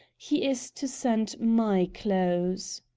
he is to send my clothes.